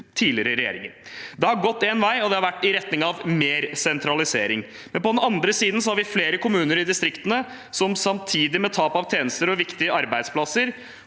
tidligere regjeringer. Det har gått én vei, og det har vært i retning av mer sentralisering. På den andre siden har vi flere kommuner i distriktene som, samtidig med tap av tjenester og viktige arbeidsplasser,